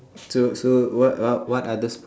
so so what uh what other sport